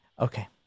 Okay